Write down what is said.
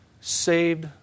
Saved